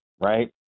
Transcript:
right